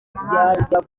muhanga